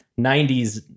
90s